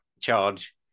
charge